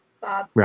Bob